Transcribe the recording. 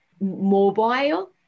mobile